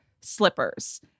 slippers